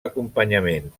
acompanyament